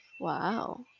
wow